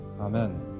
Amen